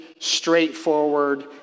straightforward